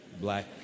black